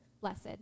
blessed